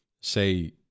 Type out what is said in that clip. say